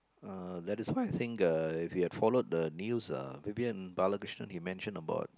uh that is why I think uh if you had followed the news ah Vivian-Balakrishnan he mentioned about